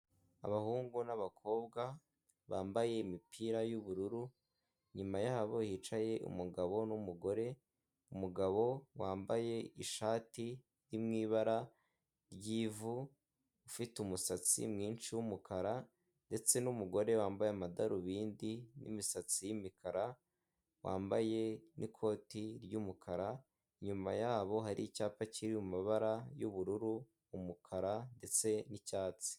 Abahungu n'abakobwa bambaye imipira y'ubururu, inyuma yabo hicaye umugabo n'umugore, umugabo wambaye ishati mu ibara ry'ivu, ufite umusatsi mwinshi w'umukara ndetse n'umugore wambaye amadarubindi n'imisatsi y'umukara, wambaye n'ikoti ry'umukara, inyuma yabo hari icyapa kiri mumabara y'ubururu umukara ndetse n'icyatsi.